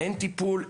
אין טיפול,